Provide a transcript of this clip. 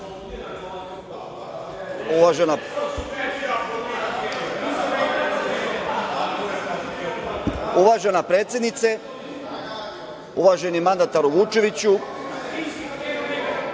Uvažena predsednice, uvaženi mandataru Vučeviću,